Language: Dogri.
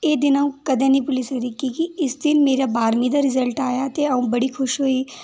एह् दिन अ'ऊं कदें निं भु'ल्ली सकदी की कि इस दिन मेरा बाह्ऱमीं दा रिजल्ट आया ते अ'ऊं बड़ी खुश होई